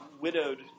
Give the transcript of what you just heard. widowed